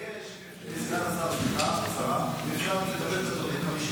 ואנחנו נבקש אם אפשר לקבל את הדברים,